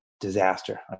disaster